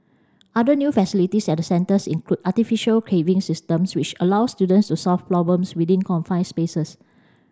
other new facilities at the centres include artificial caving systems which allow students to solve problems within confined spaces